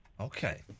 Okay